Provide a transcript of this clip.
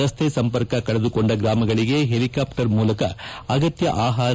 ರಸ್ತೆ ಸಂಪರ್ಕ ಕಳೆದುಕೊಂಡ ಗ್ರಾಮಗಳಿಗೆ ಪೆಲಿಕ್ಕಾಪ್ಟರ್ ಮೂಲಕ ಅಗತ್ಯ ಆಪಾರ